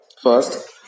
first